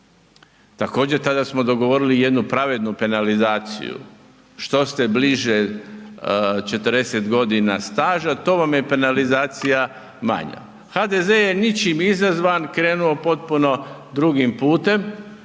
Također tada smo dogovorili jednu pravednu penalizaciju, što ste bliže 40 godina staža to vam je penalizacija manja. HDZ je ničim izazvan krenuo potpuno drugim putem,